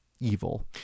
evil